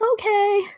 okay